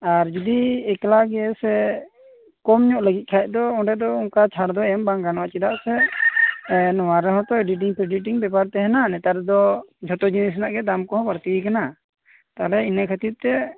ᱟᱨ ᱡᱩᱫᱤ ᱮᱠᱞᱟᱜᱮ ᱥᱮ ᱠᱚᱢ ᱧᱚᱜ ᱞᱟ ᱜᱤᱫ ᱠᱷᱟᱱ ᱫᱚ ᱚᱱᱰᱮᱫᱚ ᱚᱱᱠᱟ ᱪᱷᱟᱲ ᱫᱚ ᱮᱢ ᱵᱟᱝ ᱜᱟᱱᱚᱜ ᱟ ᱪᱮᱫᱟᱜᱥᱮ ᱮᱸᱻ ᱱᱚᱶᱟ ᱨᱮᱦᱚᱸᱛᱚ ᱮᱰᱤᱴᱤᱝ ᱯᱷᱮᱰᱤᱴᱤᱝ ᱵᱮᱯᱟᱨ ᱛᱟᱦᱮᱱᱟ ᱱᱮᱛᱟᱨ ᱫᱚ ᱡᱷᱚᱛᱚ ᱡᱤᱱᱤᱥ ᱨᱮᱱᱟᱜ ᱜᱮ ᱫᱟᱢ ᱠᱚᱦᱚᱸ ᱵᱟ ᱲᱛᱤ ᱟᱠᱟᱱᱟ ᱛᱟᱦᱚᱞᱮ ᱤᱱᱟ ᱠᱷᱟ ᱛᱤᱨ ᱛᱮ